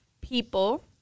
people